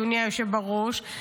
אדוני היושב בראש,